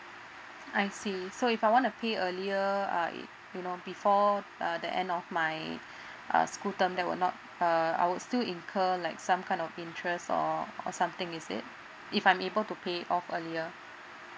I see so if I wanna pay earlier uh you know before uh the end of my uh school term that will not uh I'll still incur like some kind of interest or or something is it if I'm able to pay off earlier